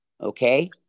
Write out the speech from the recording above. Okay